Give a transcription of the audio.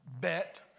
Bet